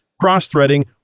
cross-threading